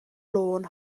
lôn